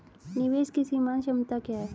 निवेश की सीमांत क्षमता क्या है?